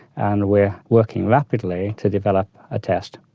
and we are working rapidly to develop a test.